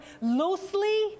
loosely